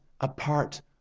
apart